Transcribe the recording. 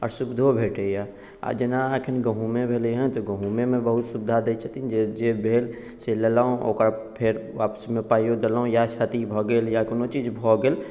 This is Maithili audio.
आओर सुविधो भेटैए आ जेना एखन गहूमे भेलै हेँ तऽ गहूँमेमे बहुत सुविधा दैत छथिन जे जे भेल से लेलहुँ ओकर फेर वापसीमे पाइओ देलहुँ या क्षति भऽ गेल या कोनो चीज भऽ गेल